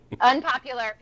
Unpopular